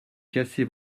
casser